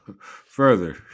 further